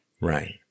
Right